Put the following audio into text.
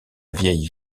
vieille